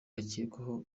akekwaho